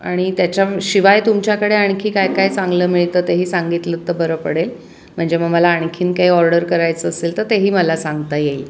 आणि त्याच्या शिवाय तुमच्याकडे आणखी काय काय चांगलं मिळतं तेही सांगितलंत तर बरं पडेल म्हणजे मग मला आणखीन काही ऑर्डर करायचं असेल तर तेही मला सांगता येईल